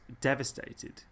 devastated